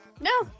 no